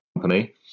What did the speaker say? company